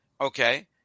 okay